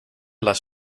las